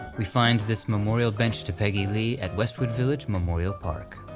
we find this memorial bench to peggy lee at westwood village memorial park.